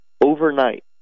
overnight